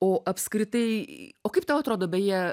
o apskritai o kaip tau atrodo beje